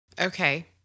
Okay